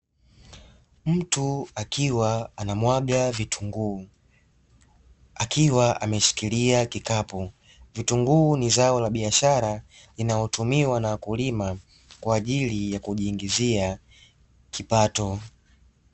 Mtu akiwa anamwaga vitunguu, akiwa ameshikilia kikapu .Vitunguu ni zao la biashara inayotumiwa na wakulima kwa ajili ya kujiingizia kipato.